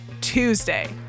Tuesday